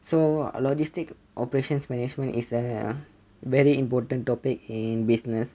so logistics operations management is a very important topic in business